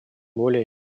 более